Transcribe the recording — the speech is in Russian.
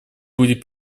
будет